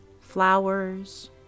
flowers